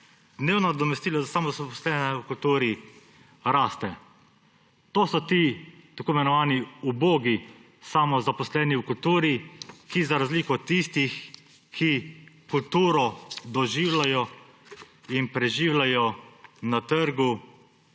Dnevno nadomestilo za samozaposlene v kulturi raste. To so ti tako imenovani ubogi samozaposleni v kulturi, ki za razliko od tistih, ki kulturo doživljajo in preživljajo na trgu,